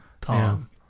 Tom